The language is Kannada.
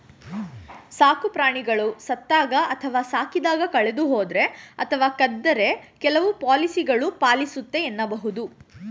ಸಾಕುಪ್ರಾಣಿಗಳು ಸತ್ತಾಗ ಅಥವಾ ಸಾಕಿದಾಗ ಕಳೆದುಹೋದ್ರೆ ಅಥವಾ ಕದ್ದರೆ ಕೆಲವು ಪಾಲಿಸಿಗಳು ಪಾಲಿಸುತ್ತೆ ಎನ್ನಬಹುದು